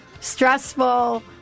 stressful